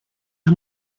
him